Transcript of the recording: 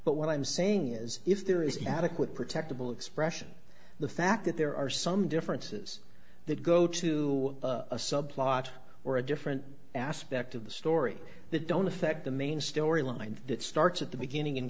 but what i'm saying is if there is adequate protectable expression the fact that there are some differences that go to a subplot or a different aspect of the story that don't affect the main story line that starts at the beginning and